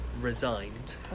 resigned